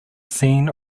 scene